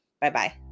Bye-bye